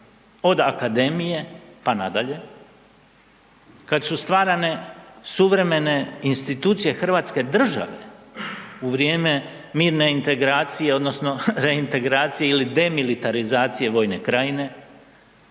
od akademije, pa nadalje, kad su stvarane suvremene institucije hrvatske države u vrijeme mirne integracije odnosno reintegracije ili demilitarizacije Vojne krajine